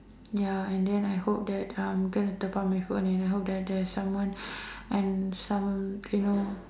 ya and then I hope that uh I'm going to top up my phone and hope that there's someone and someone you know